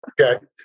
Okay